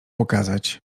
pokazać